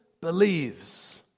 believes